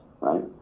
right